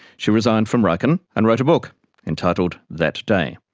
she resigned from riken and wrote a book entitled that day,